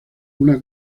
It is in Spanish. una